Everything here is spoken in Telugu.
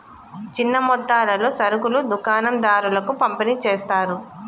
చిన్న మొత్తాలలో సరుకులు దుకాణం దారులకు పంపిణి చేస్తారు